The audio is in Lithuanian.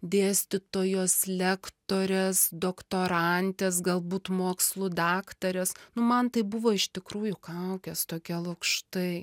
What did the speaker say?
dėstytojos lektorės doktorantės galbūt mokslų daktarės nu man tai buvo iš tikrųjų kaukės tokie lukštai